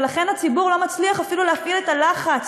ולכן הציבור לא מצליח אפילו להפעיל את הלחץ